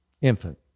infant